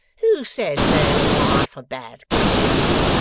who says man and wife are bad company?